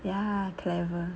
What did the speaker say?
ya clever